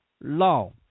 law